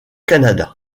canada